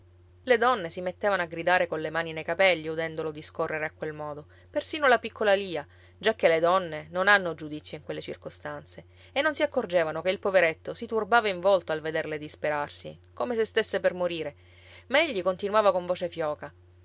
le donne si mettevano a gridare colle mani nei capelli udendolo discorrere a quel modo persino la piccola lia giacché le donne non hanno giudizio in quelle circostanze e non si accorgevano che il poveretto si turbava in volto al vederle disperarsi come se stesse per morire ma egli continuava con voce fioca